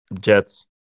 Jets